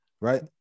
right